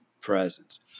presence